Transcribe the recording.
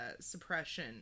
Suppression